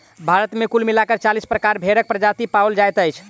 भारत मे कुल मिला क चालीस प्रकारक भेंड़क प्रजाति पाओल जाइत अछि